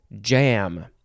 jam